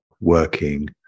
working